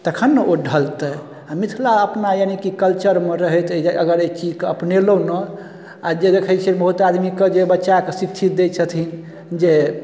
तखन ने ओ ढलते आओर मिथिला अपना यानीकि कल्चरमे रहैत अगर एहि चीजके अपनेलहुँ नहि आओर जे देखै छिए बहुत आदमीके जे बच्चाके शिक्षित दै छथिन जे